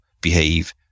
behave